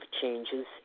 changes